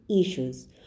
issues